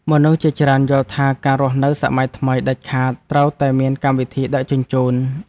មនុស្សជាច្រើនយល់ថា ការរស់នៅសម័យថ្មីដាច់ខាតត្រូវតែមានកម្មវិធីដឹកជញ្ជូន។